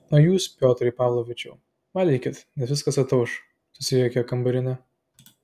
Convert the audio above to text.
o jūs piotrai pavlovičiau valgykit nes viskas atauš susijuokė kambarinė